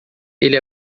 ele